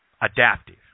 adaptive